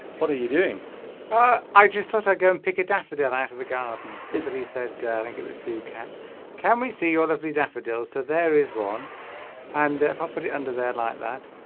what are you doing ah i just thought i'd go and pick a daffodil out of the garden scissored he said i think it was sooo cat can we see your lovely daffodils so there is one and i'll put it under there like that